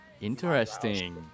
Interesting